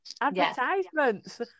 Advertisements